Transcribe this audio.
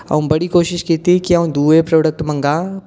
अ'ऊं बड़ी कोशिश कीती कि अ'ऊं दुए प्रोडैक्ट मंगा